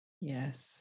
Yes